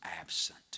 absent